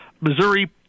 Missouri